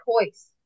choice